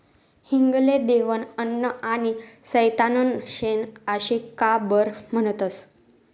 हिंग ले देवनं अन्न आनी सैताननं शेन आशे का बरं म्हनतंस?